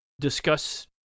discuss